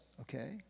okay